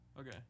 Okay